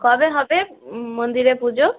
কবে হবে মন্দিরে পুজো